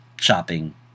shopping